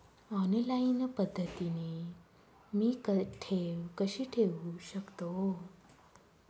Online पद्धतीने मी ठेव कशी ठेवू शकतो?